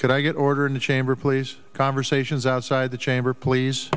could i get order in the chamber please conversations outside the chamber please